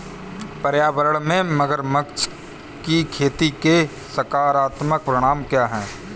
पर्यावरण में मगरमच्छ की खेती के सकारात्मक परिणाम क्या हैं?